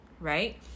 right